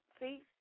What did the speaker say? see